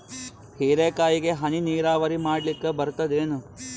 ಹೀರೆಕಾಯಿಗೆ ಹನಿ ನೀರಾವರಿ ಮಾಡ್ಲಿಕ್ ಬರ್ತದ ಏನು?